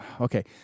Okay